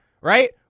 Right